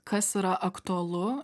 kas yra aktualu